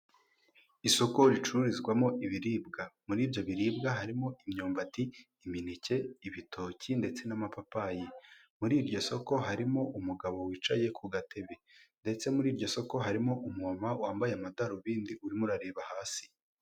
Isoko ricururizwamo ibiribwa. Mur’ibyo biribwa harimo imyumbati, imineke, ibitoki ndetse n'amapapayi. Mur’iryo soko harimo umugabo wicaye ku gatebe ndetse mur’iryo soko harimo umumama wambaye amadarubindi urimo urareba hasi.